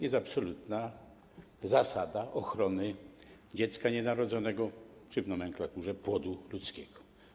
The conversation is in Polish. Jest absolutna zasada ochrony dziecka nienarodzonego czy - w nomenklaturze - płodu ludzkiego.